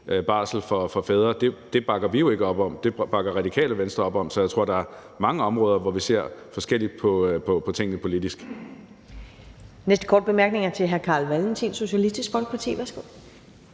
siger man skal. Det bakker vi jo ikke op om, men det bakker Radikale Venstre op om; så jeg tror der er mange områder, hvor vi ser forskelligt på tingene politisk.